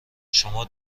شما